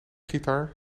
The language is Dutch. gitaar